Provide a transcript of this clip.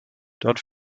dort